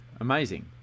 amazing